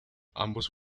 ambos